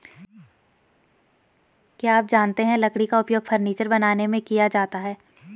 क्या आप जानते है लकड़ी का उपयोग फर्नीचर बनाने में किया जाता है?